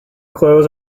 clothes